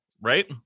right